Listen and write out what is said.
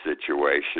situation